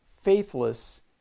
faithless